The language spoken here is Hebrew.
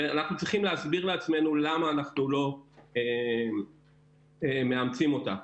ואנחנו צריכים להסביר לעצמנו למה אנחנו לא מאמצים אותה.